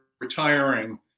retiring